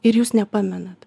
ir jūs nepamenat